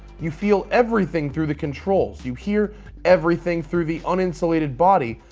you feel everything through the controls. you hear everything through the uninsulated body.